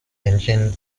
engine